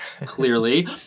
clearly